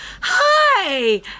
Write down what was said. hi